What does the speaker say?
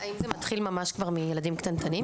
האם זה מתחיל ממש מילדים קטנטנים,